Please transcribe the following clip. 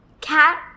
cat